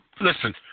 Listen